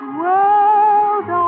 world